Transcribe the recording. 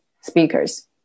speakers